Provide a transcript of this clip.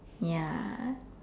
ya